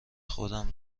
خودم